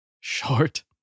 short